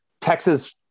Texas